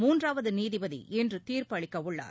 மூன்றாவது நீதிபதி இன்று தீர்ப்பு அளிக்க உள்ளார்